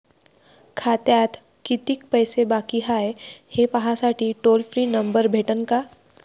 खात्यात कितीकं पैसे बाकी हाय, हे पाहासाठी टोल फ्री नंबर भेटन का?